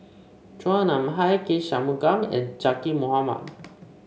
Chua Nam Hai K Shanmugam and Zaqy Mohamad